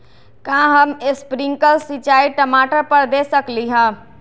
का हम स्प्रिंकल सिंचाई टमाटर पर दे सकली ह?